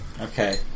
Okay